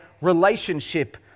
relationship